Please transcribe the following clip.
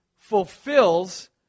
fulfills